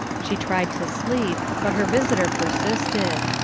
she tried to sleep, but her visitor persisted.